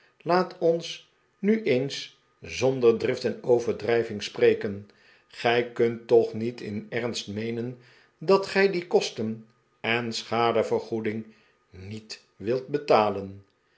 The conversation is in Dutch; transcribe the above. laat ons nu eens zonder drift en overdrijving spreken gij kunt toch niet in ernst meenen dat gij die kosten en schadevergoeding niet wilt betalen